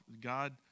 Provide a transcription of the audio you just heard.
God